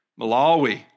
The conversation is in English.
Malawi